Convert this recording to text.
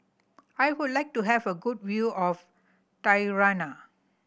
I would like to have a good view of Tirana